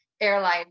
airline